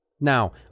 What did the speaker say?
Now